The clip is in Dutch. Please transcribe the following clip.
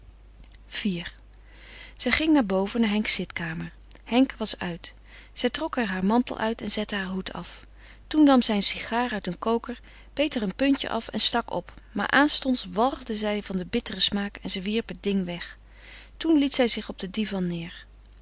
iv zij ging naar boven naar henks zitkamer henk was uit zij trok er haar mantel uit en zette haar hoed af toen nam zij een sigaar uit een koker beet er een puntje af en stak op maar aanstonds walgde zij van den bitteren smaak en ze wierp het ding weg toen liet zij zich op den divan neêr